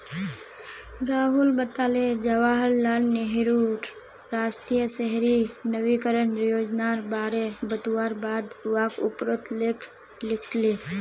राहुल बताले जवाहर लाल नेहरूर राष्ट्रीय शहरी नवीकरण योजनार बारे बतवार बाद वाक उपरोत लेख लिखले